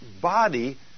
body